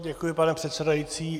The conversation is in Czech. Děkuji, pane předsedající.